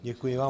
Děkuji vám.